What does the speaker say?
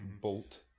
bolt